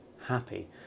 happy